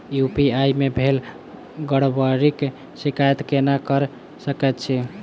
UPI मे भेल गड़बड़ीक शिकायत केना कऽ सकैत छी?